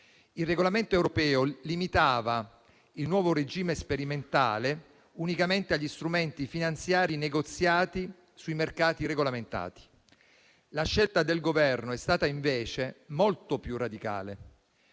Il regolamento europeo limitava il nuovo regime sperimentale unicamente agli strumenti finanziari negoziati sui mercati regolamentati. La scelta del Governo è stata invece molto più radicale,